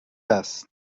هست